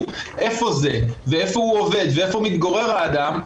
איפה זה ואיפה הוא עובד ואיפה מתגורר האדם,